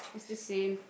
it's the same